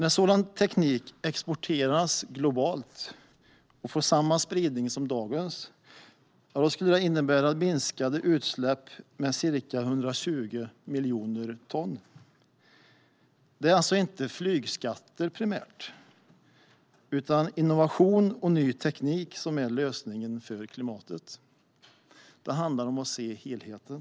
Om sådan teknik exporteras globalt och får samma spridning som dagens teknik skulle det innebära minskade utsläpp om ca 120 miljoner ton. Det är alltså inte primärt flygskatter utan innovation och ny teknik som är lösningen för klimatet. Det handlar om att se helheten.